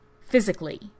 physically